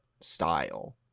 style